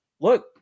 look